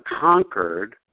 conquered